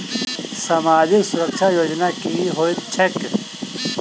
सामाजिक सुरक्षा योजना की होइत छैक?